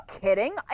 kidding